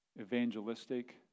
evangelistic